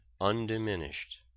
undiminished